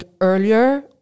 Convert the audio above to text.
earlier